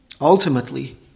Ultimately